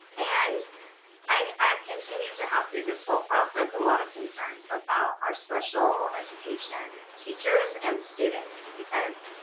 and i've continued to have through this whole process, a lot of concerns about our special education teachers and students because